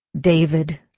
David